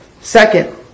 Second